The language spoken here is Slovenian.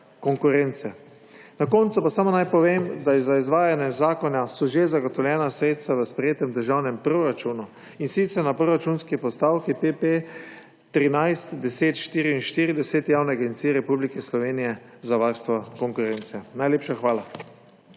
konkurence. Na koncu naj povem samo, da so za izvajanje zakona že zagotovljena sredstva v sprejetem državnem proračunu, in sicer na proračunski postavki PP 131044 Javna Agencija Republike Slovenije za varstvo konkurence. Najlepša hvala.